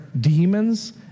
demons